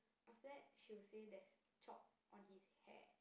after that she will say there's chalk on his hair